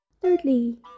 Thirdly